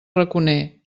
raconer